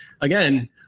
again